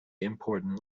important